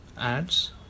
ads